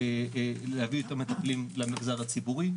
להביא את המטפלים למגזר הציבורי,